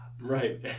Right